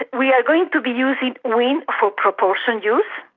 ah we are going to be using wind for propulsion use,